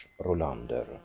Rolander